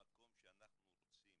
במקום שאנחנו רוצים